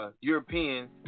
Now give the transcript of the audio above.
Europeans